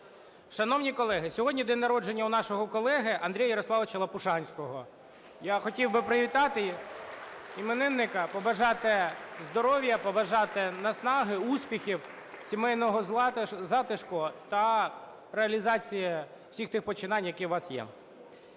Шановні колеги, сьогодні день народження у нашого колеги Андрія Ярославовича Лопушанського. Я хотів би привітати іменинника, побажати здоров'я, побажати наснаги, успіхів, сімейного затишку та реалізації всіх тих починань, які у вас є!